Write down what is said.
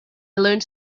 learned